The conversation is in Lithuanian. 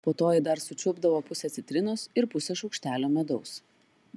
po to ji dar sučiulpdavo pusę citrinos ir pusę šaukštelio medaus